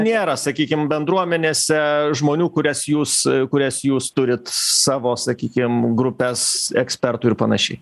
nėra sakykim bendruomenėse žmonių kurias jūs kurias jūs turit savo sakykim grupes ekspertų ir panašiai